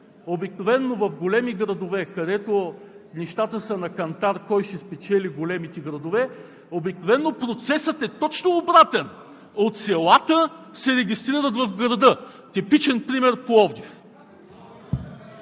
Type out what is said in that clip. Обикновено в големи градове, където нещата са на кантар кой ще спечели големите градове, процесът е точно обратен – от селата се регистрират в града. Типичен пример е Пловдив.